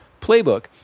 playbook